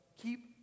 Keep